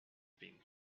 been